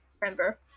Remember